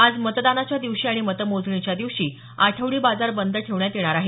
आज मतदानाच्या दिवशी आणि मतमोजणीच्या दिवशी आठवडी बाजार बंद ठेवण्यात येणार आहेत